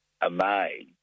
amazed